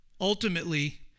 ultimately